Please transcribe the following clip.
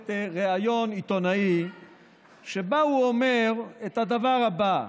ריאיון עיתונאי שבה הוא אומר את הדבר הבא: